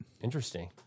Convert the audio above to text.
Interesting